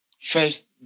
first